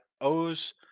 O's